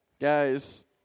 guys